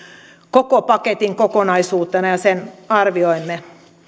koko paketin kokonaisuutena ja sen arvioimme